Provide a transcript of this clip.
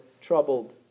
troubled